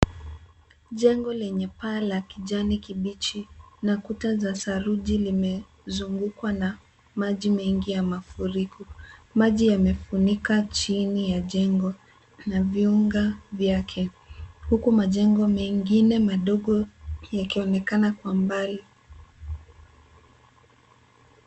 Jengo lenye paa la kijani kibichi na kuta za saruji limezungukwa na maji mengi ya mafuriko. Maji yamefunika chini ya jengo na viunga vyake huku majengo mengine madogo yakionekana kwa mbali.